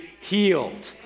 healed